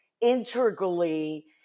integrally